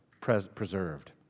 preserved